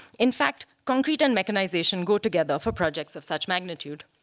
in fact, concrete and mechanization go together for projects of such magnitude.